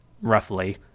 roughly